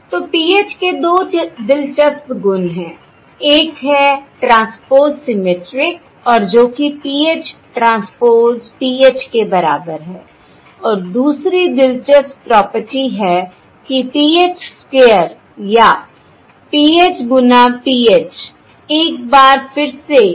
तो PH के दो दिलचस्प गुण हैं एक है ट्रांसपोज़ सिमेट्रिक और जो कि PH ट्रांसपोज़ PH के बराबर है और दूसरी दिलचस्प प्रॉपर्टी है कि PH स्क्वेयर या PH गुना PH एक बार फिर से समान मैट्रिक्स PH है